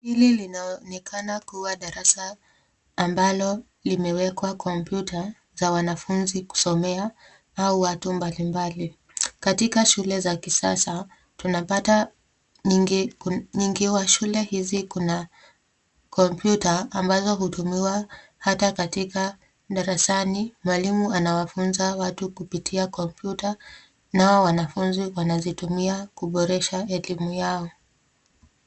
Hili linaonekana kuwa darasa ambalo limewekwa kompyuta za wanafunzi kusomea au watu mbali mbali. Katika shule za kisasa tunapata nyingi wa shule hizi kuna kompyuta mbazo hutumiwa hata katika darasani mwalimu anawafunza watu kupitia kompyuta nao wanafunzi wanazitumia kuboresha kupitia elimu yao.